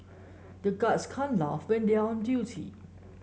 the guards can't laugh when they are on duty